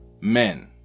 men